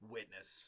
Witness